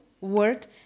work